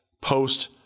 Post